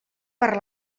per